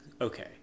Okay